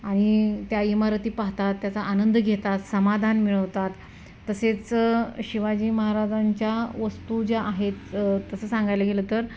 आणि त्या इमारती पाहतात त्याचा आनंद घेतात समाधान मिळवतात तसेच शिवाजी महाराजांच्या वस्तू ज्या आहेत तसं सांगायला गेलं तर